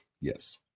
Yes